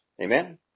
Amen